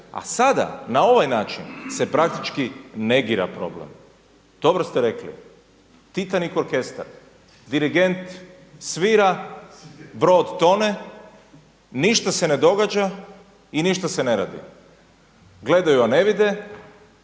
A sada na ovaj način se praktički negira problem. Dobro ste rekli, Titanik orkestar. Dirigent svira, brod tone, ništa se ne događa i ništa se ne radi. Gledaju a ne vide,